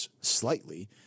slightly